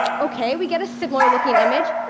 ok, we get a similar-looking image.